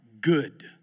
good